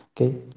Okay